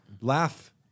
laugh